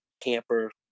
camper